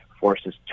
forces